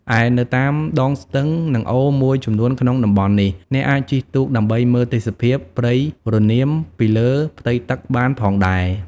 ឯនៅតាមដងស្ទឹង និងអូរមួយចំនួនក្នុងតំបន់នេះ អ្នកអាចជិះទូកដើម្បីមើលទេសភាពព្រៃរនាមពីលើផ្ទៃទឹកបានផងដែរ។